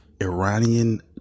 Iranian